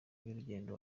y’urugendo